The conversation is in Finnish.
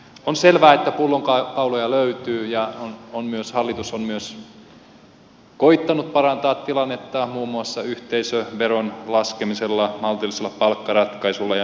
on selvää että pullonkauloja löytyy ja hallitus on myös koettanut parantaa tilannetta muun muassa yhteisöveron laskemisella maltillisella palkkaratkaisulla ja niin edelleen